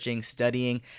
Studying